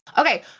Okay